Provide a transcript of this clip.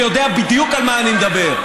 ויודע בדיוק על מה אני מדבר.